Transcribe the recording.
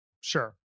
sure